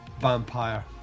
vampire